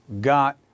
got